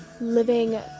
living